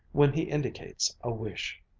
when he indicates a wish